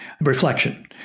reflection